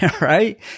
Right